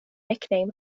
nickname